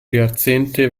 jahrzehnte